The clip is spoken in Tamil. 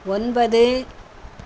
ஒன்பது